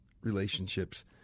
relationships